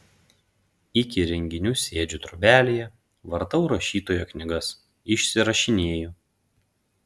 iki renginių sėdžiu trobelėje vartau rašytojo knygas išsirašinėju